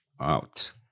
out